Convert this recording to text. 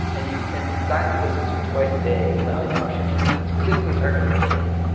and you and it's designed to be listened to twice a day while you brush your teeth. and it's specifically targeted at kids.